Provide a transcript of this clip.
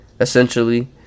essentially